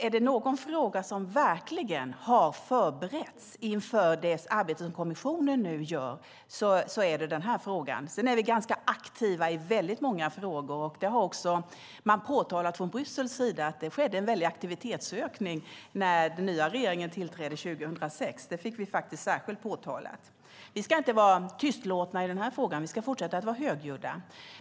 Är det någon fråga som verkligen har förberetts inför det arbete kommissionen nu gör är det alltså denna fråga. Sedan är vi ganska aktiva i väldigt många frågor, och det har man också påtalat från Bryssels sida. Det skedde en väldig aktivitetsökning när den nya regeringen tillträdde 2006; det fick vi faktiskt särskilt påtalat. Vi ska inte vara tystlåtna i denna fråga, utan vi ska fortsätta att vara högljudda.